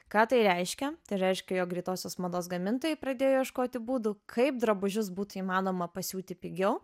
ką tai reiškia tai reiškia jog greitosios mados gamintojai pradėjo ieškoti būdų kaip drabužius būtų įmanoma pasiūti pigiau